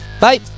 Bye